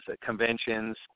conventions